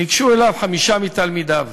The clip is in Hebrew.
ניגשו אליו חמישה מתלמידיו